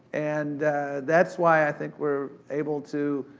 and that's why i think we're able to,